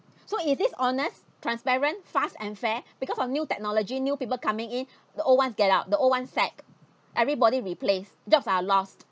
so is this honest transparent fast and fair because of new technology new people coming in the old ones get out the old one sack everybody replace jobs are lost